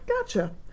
gotcha